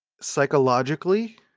psychologically